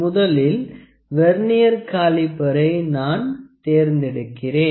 முதலில் vernier caliper நான் தேர்ந்தெடுக்கிறேன்